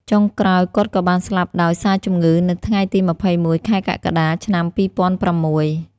ចុងក្រោយគាត់ក៏បានស្លាប់ដោយ សារជំងឺនៅថ្ងៃទី២១ ខែកក្កដា ឆ្នាំ២០០៦។